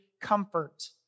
comfort